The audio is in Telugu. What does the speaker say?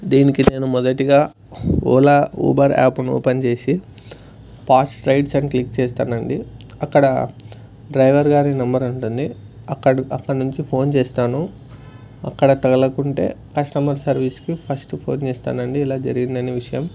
దీనికి నేను మొదటిగా ఓలా ఊబర్ యాప్ను ఓపెన్ చేసి ఫాస్ట్ రైడ్స్ అని క్లిక్ చేస్తాను అండి అక్కడ డ్రైవర్ కానీ నెంబర్ ఉంటుంది అక్కడ అక్కడి నుంచి ఫోన్ చేస్తాను అక్కడ తగకుంటే కస్టమర్ సర్వీస్కి ఫస్ట్ ఫోన్ చేస్తాను అండి ఇలా జరిగింది అని విషయం